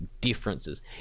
differences